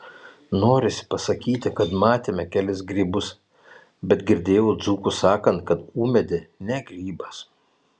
norisi pasakyti kad matėme kelis grybus bet girdėjau dzūkus sakant kad ūmėdė ne grybas